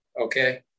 okay